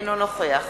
אינו נוכח